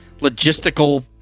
logistical